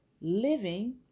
living